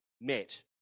met